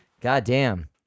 Goddamn